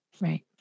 Right